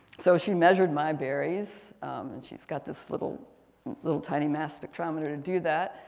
so she measured my berries and she's got this little little tiny mass spectrometer to do that.